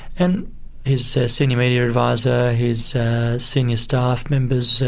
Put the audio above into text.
and his so senior media advisor, his senior staff members,